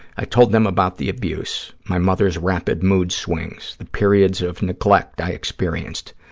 i told them about the abuse, my mother's rapid mood swings, the periods of neglect i experienced.